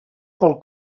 pel